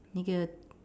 那个